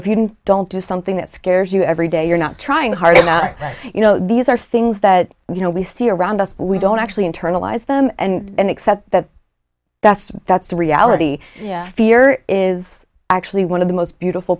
if you don't do something that scares you every day you're not trying hard enough you know these are things that you know we see around us we don't actually internalize them and accept that that's that's reality yeah fear is actually one of the most beautiful